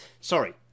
sorry